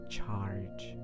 charge